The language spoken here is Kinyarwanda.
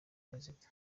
prezida